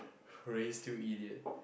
will you still eat it